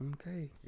Okay